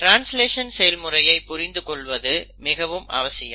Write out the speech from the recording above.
translation செயல்முறையை புரிந்து கொள்வது மிகவும் அவசியம்